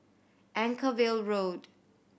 Anchorvale Road